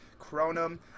cronum